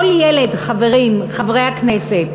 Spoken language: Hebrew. כל ילד, חברים, חברי הכנסת.